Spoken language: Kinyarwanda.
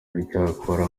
icyakora